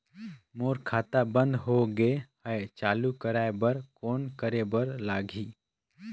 मोर खाता बंद हो गे हवय चालू कराय बर कौन करे बर लगही?